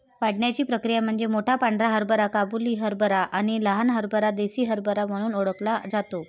वाढण्याची प्रक्रिया म्हणजे मोठा पांढरा हरभरा काबुली हरभरा आणि लहान हरभरा देसी हरभरा म्हणून ओळखला जातो